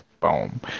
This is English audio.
Boom